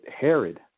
Herod